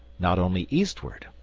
not only eastward.